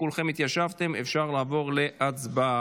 כולכם התיישבתם, אפשר לעבור להצבעה.